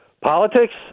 Politics